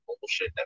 bullshit